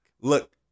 Look